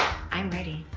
i'm ready.